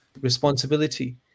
responsibility